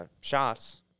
shots –